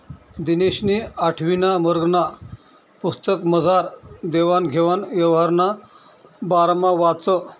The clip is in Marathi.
दिनेशनी आठवीना वर्गना पुस्तकमझार देवान घेवान यवहारना बारामा वाचं